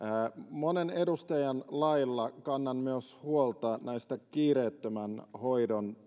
monen edustajan lailla kannan myös huolta näistä kiireettömän hoidon